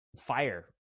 fire